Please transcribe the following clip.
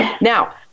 now